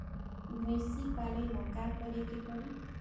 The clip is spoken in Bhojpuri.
भइसी पालेला का करे के पारी?